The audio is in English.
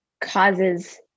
causes